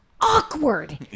awkward